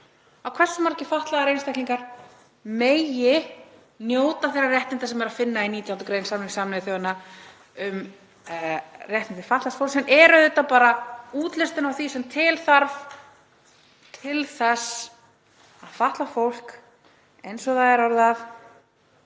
hversu margir fatlaðir einstaklingar megi njóta þeirra réttinda sem er að finna í 19. gr. samnings Sameinuðu þjóðanna um réttindi fatlaðs fólks. Sú grein er auðvitað bara útlistun á því sem til þarf til þess að fatlað fólk, eins og það er orðað